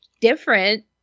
different